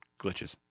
Glitches